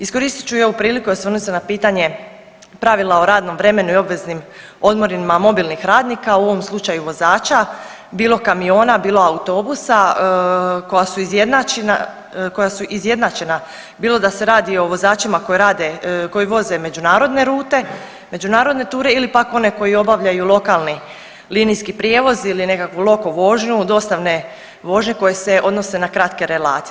Iskoristit ću i ovu priliku i osvrnuti se na pitanje pravila o radnom vremenu i obveznim odmorima mobilnih radnika, u ovom slučaju vozača, bilo kamiona, bilo autobusa, koja su izjednačena, bilo da se radi o vozačima koji voze međunarodne rute, međunarodne ture, ili pak one koji obavljaju lokalni linijski prijevoz ili nekakvu loko vožnju, dostavne vožnje koje se odnose na kratke relacije.